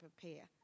prepare